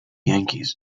yankees